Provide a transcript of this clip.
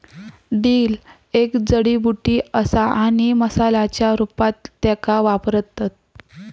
dill एक जडीबुटी असा आणि मसाल्याच्या रूपात त्येका वापरतत